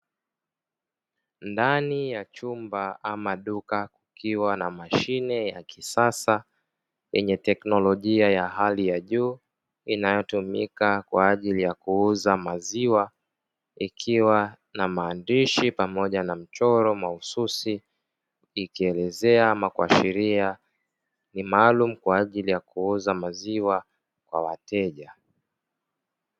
Ndani ya chumba ama duka kukiwa na mashine ya kisasa yenye teknolojia ya hali ya juu, inayotumika kwa ajili ya kuuza maziwa; ikiwa na maandishi pamoja na mchoro mahususi ikielezea ama kuashiria ni maalumu kwa ajili ya kuuza maziwa kwa wateja.